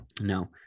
No